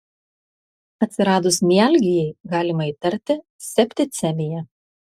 atsiradus mialgijai galima įtarti septicemiją